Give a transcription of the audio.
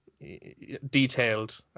detailed